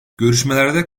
görüşmelerde